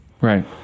Right